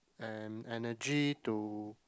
and energy to